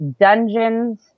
dungeons